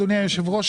אדוני היושב ראש,